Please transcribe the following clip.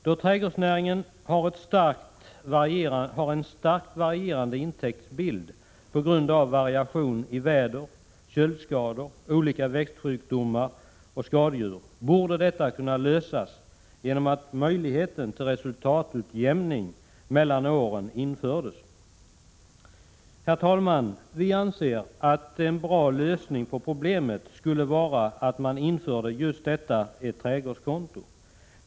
Då trädgårdsnäringen har en starkt varierande intäktsbild på grund av variationer i väder, köldskador, olika växtsjukdomar och skadedjur, borde det problemet kunna lösas genom införande av en möjlighet till resultatutjämning mellan åren. Herr talman! Vi anser att en bra lösning på problemet skulle vara att införa just ett trädgårdskonto.